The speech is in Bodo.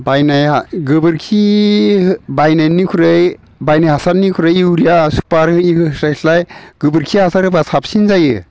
बायनाया गोबोरखि बायनायनिखुरै बायनाय हासारनिख्रुइ इउरिया सुपार होस्लायस्लाय गोबोरखि हासार होब्ला साबसिन जायो